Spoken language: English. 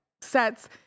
sets